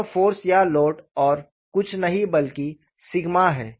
यह फ़ोर्स या लोड और कुछ नहीं बल्कि सिग्मा है